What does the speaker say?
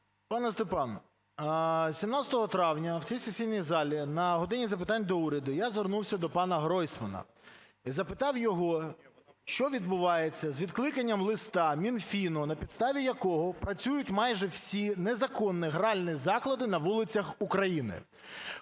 Пане Степан, 17 травня в цій сесійній залі на "годині запитань до Уряду" я звернувся до пана Гройсмана і запитав його, що відбувається з відкликанням листа Мінфіну, на підставі якого працюють майже всі незаконні гральні заклади на вулицях України.